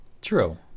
True